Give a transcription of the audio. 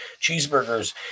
cheeseburgers